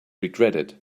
regretted